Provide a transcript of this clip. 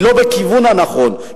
היא לא בכיוון הנכון,